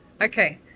Okay